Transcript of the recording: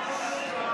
נגד,